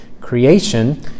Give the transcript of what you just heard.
creation